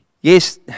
yes